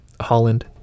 Holland